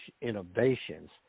innovations